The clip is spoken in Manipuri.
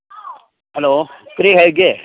ꯍꯜꯂꯣ ꯀꯔꯤ ꯍꯥꯏꯒꯦ